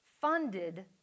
funded